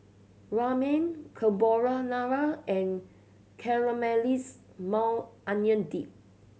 Ramen Carbonara and Caramelize Maui Onion Dip